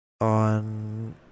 on